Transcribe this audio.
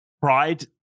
pride